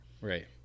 Right